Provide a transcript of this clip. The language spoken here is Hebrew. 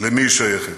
למי היא שייכת.